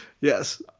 Yes